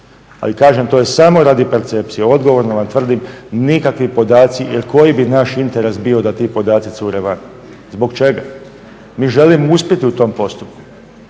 Ali kažem to je samo radi percepcije, odgovorno vam tvrdim, nikakvi podaci jer koji bi naš interes bio da ti podaci cure van? Zbog čega? Mi želimo uspjeti u tom postupku,